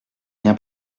rien